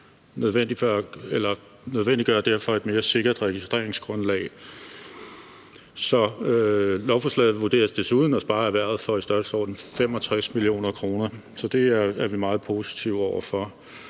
nødvendiggør derfor et mere sikkert registreringsgrundlag. Lovforslaget vurderes desuden at spare erhvervet for i størrelsesordenen 65 mio. kr. Så det er vi meget positive over for.